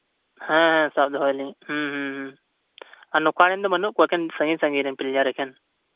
ᱦᱮᱸ ᱦᱮᱸ ᱥᱟᱵ ᱫᱚᱦᱚᱭ ᱫᱟᱹᱧ ᱟᱨ ᱱᱚᱠᱟᱞ ᱨᱮᱱ ᱫᱚ ᱵᱟᱹᱱᱩᱜ ᱠᱚᱣᱟ ᱮᱠᱮᱱ ᱥᱟᱹᱜᱤᱧ ᱨᱮᱱ ᱯᱞᱮᱭᱟᱨ ᱮᱠᱮᱱ